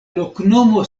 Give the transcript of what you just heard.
loknomo